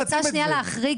אני רוצה להחריג,